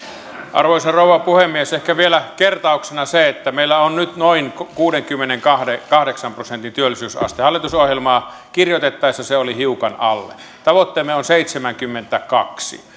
arvoisa rouva puhemies ehkä vielä kertauksena se että meillä on nyt noin kuudenkymmenenkahdeksan prosentin työllisyysaste hallitusohjelmaa kirjoitettaessa se oli hiukan alle tavoitteemme on seitsemänkymmentäkaksi